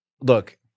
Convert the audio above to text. look